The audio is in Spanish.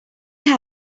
las